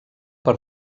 per